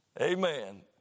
Amen